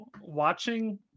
watching